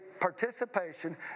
participation